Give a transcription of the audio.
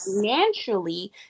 financially